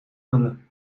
krullen